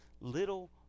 little